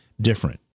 different